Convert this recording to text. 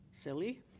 silly